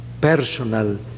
personal